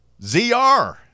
zr